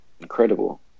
incredible